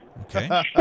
okay